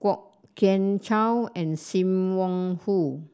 Kwok Kian Chow and Sim Wong Hoo